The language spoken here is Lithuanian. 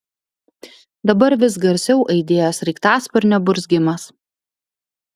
dabar vis garsiau aidėjo sraigtasparnio burzgimas